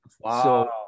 Wow